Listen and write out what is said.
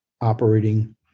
operating